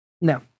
No